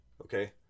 okay